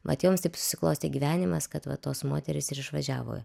vat joms taip susiklostė gyvenimas kad va tos moterys ir išvažiavo